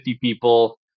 people